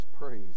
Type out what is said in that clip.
praise